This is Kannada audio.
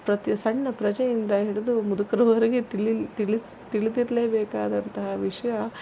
ಪ್ರತಿ ಸಣ್ಣ ಪ್ರಜೆಯಿಂದ ಹಿಡಿದು ಮುದುಕರವರೆಗೆ ತಿಳಿಲ್ ತಿಳಿಸು ತಿಳಿದಿರಲೇ ಬೇಕಾದಂತಹ ವಿಷಯ